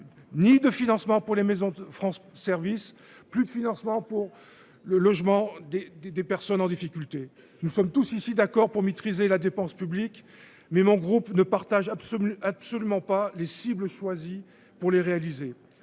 ni de financement pour les maisons France service plus de financement pour le logement des des des personnes en difficulté. Nous sommes tous ici d'accord pour maîtriser la dépense publique mais mon groupe ne partage absolument absolument pas les cibles choisies pour les réaliser